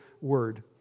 Word